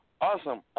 Awesome